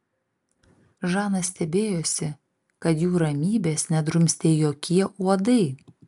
žana stebėjosi kad jų ramybės nedrumstė jokie uodai